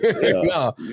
No